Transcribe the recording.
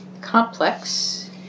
complex